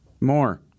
More